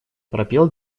пропел